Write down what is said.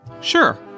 Sure